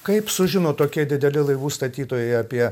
kaip sužino tokie dideli laivų statytojai apie